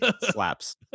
slaps